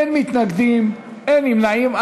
אין מתנגדים, אין נמנעים.